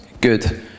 Good